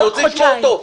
אני רוצה לשמוע אותו.